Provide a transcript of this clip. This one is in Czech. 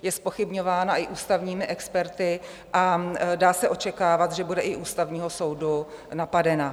Je zpochybňována i ústavními experty a dá se očekávat, že bude i u Ústavního soudu napadena.